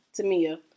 Tamia